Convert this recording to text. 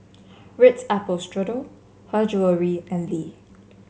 Ritz Apple Strudel Her Jewellery and Lee